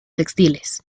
textiles